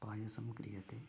पायसं क्रियते